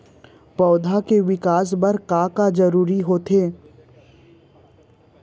पौधे के विकास बर का का जरूरी होथे?